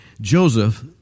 Joseph